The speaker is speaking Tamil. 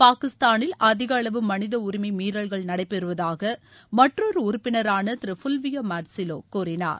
பாகிஸ்தானில் அதிக அளவு மனித உரிமை மீறல்கள் நடைபெருவதாக மற்றொரு உறுப்பினரான திருஃபுல்வியோ மார்டுசில்லோ கூறினார்